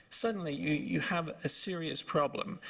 suddenly you have a serious problem.